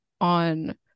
on